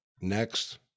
next